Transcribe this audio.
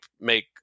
make